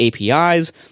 APIs